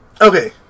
Okay